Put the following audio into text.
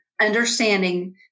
understanding